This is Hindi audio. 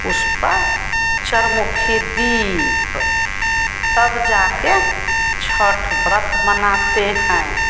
उस पर चरमुखी दीप तब जाकर छठ व्रत मनाते हैं